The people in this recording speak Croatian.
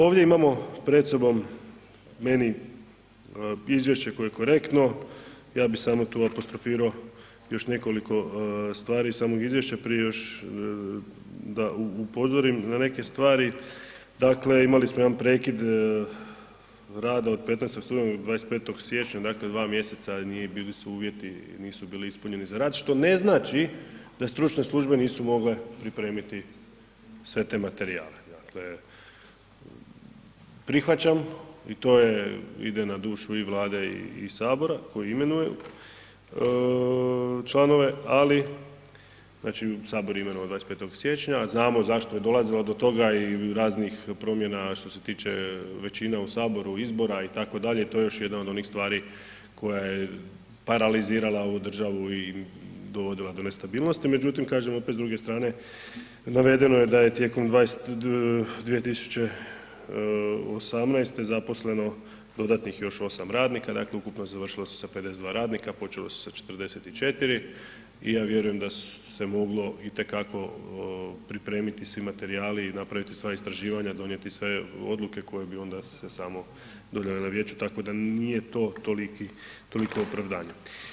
Ovdje imamo pred sobom meni izvješće koje je korektno, ja bi samo tu apostrofiro još nekoliko stvari samog izvješća prije još da upozorim na neke stvari, dakle imali smo jedan prekid rada od 15. studenog do 25. siječnja, dakle 2 mjeseca, nije, bili su uvjeti, nisu bili ispunjeni za rad, što ne znači da stručne službe nisu mogle pripremiti sve te materijale, dakle prihvaćam i to je, ide na dušu i Vlade i sabora koji imenuju članove, ali, znači sabor ih je imenovao 25. siječnja, a znamo zašto je dolazilo do toga i raznih promjena što se tiče većine u saboru, izbora itd. i to je još jedna od onih stvari koja je paralizirala ovu državu i dovodila do nestabilnosti, međutim kažem opet s druge strane navedeno je da je tijekom 2018. zaposleno dodatnih još 8 radnika, dakle ukupno završilo se sa 52 radnika, počelo se sa 44 i ja vjerujem da se moglo itekako pripremiti svi materijali i napraviti sva istraživanja, donijeti sve odluke koje bi onda se samo donijele na vijeću, tako da nije to toliki, toliko opravdanje.